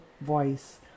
voice